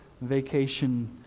Vacation